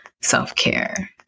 self-care